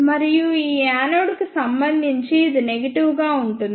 మరియు ఈ యానోడ్కు సంబంధించి ఇది నెగిటివ్ గా ఉంటుంది